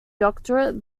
doctorate